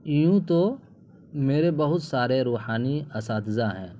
یوں تو میرے بہت سارے روحانی اساتذہ ہیں